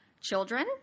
Children